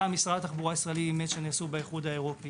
משרד התחבורה הישראלי אימץ שנעשו באיחוד האירופי